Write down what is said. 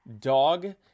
dog